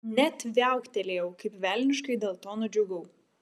net viauktelėjau kaip velniškai dėl to nudžiugau